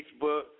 Facebook